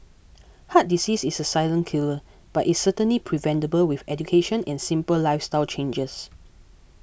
heart disease is a silent killer but is certainly preventable with education and simple lifestyle changes